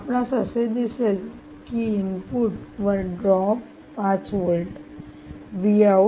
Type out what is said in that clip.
आपणास असे दिसेल की इनपुट वर ड्रॉप 5 व्होल्ट 3